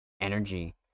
energy